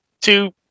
two